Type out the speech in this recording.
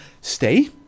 stay